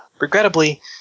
Regrettably